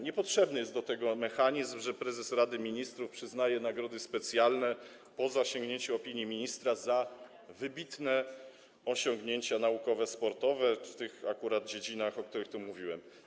Niepotrzebny jest do tego mechanizm, że prezes Rady Ministrów przyznaje nagrody specjalne po zasięgnięciu opinii ministra za wybitne osiągnięcia naukowe czy sportowe akurat w tych dziedzinach, o których mówiłem.